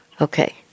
Okay